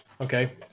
Okay